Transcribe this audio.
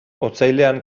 otsailean